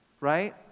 Right